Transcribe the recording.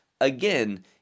again